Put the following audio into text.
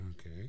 Okay